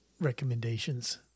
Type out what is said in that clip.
recommendations